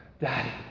Daddy